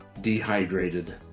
dehydrated